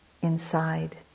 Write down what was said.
inside